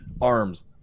arms